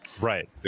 Right